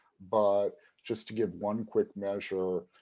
but just to give one quick measure,